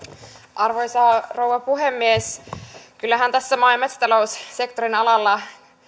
arvoisa rouva puhemies kyllähän tässä maa ja metsätaloussektorin alalla